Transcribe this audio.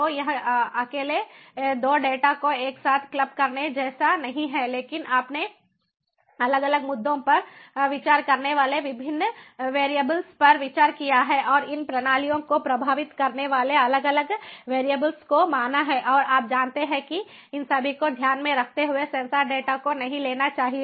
तो यह अकेले दो डेटा को एक साथ क्लब करने जैसा नहीं है लेकिन आपने अलग अलग मुद्दों पर विचार करने वाले विभिन्न वेरिएबल्स पर विचार किया है और इन प्रणालियों को प्रभावित करने वाले अलग अलग वेरिएबल्स को माना है और आप जानते हैं कि इन सभी को ध्यान में रखते हुए सेंसर डेटा को नहीं लेना चाहिए